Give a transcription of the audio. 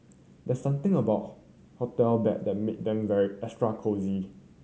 there's something about hotel bed that make them very extra cosy